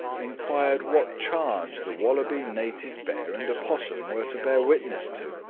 enquired what charge the wallaby, native bear, and opossum were to bear witness to.